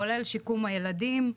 כולל שיקום הילדים,